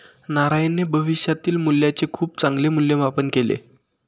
नारायणने भविष्यातील मूल्याचे खूप चांगले मूल्यमापन केले